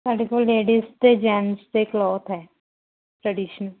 ਸਾਡੇ ਕੋਲ ਲੇਡੀਜ਼ ਅਤੇ ਜੈਨਟਸ ਦੇ ਕਲੌਥ ਹੈ ਟ੍ਰੇਡੀਸ਼ਨ